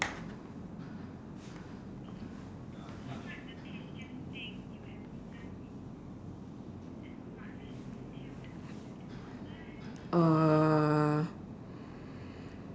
uh